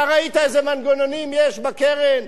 אתה ראית איזה מנגנונים יש בקרן?